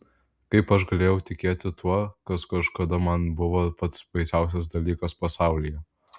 kaip aš galėjau tikėti tuo kas kažkada man buvo pats baisiausias dalykas pasaulyje